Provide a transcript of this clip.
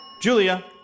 Julia